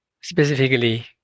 specifically